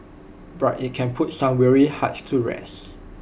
but IT can put some weary hearts to rest